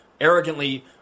arrogantly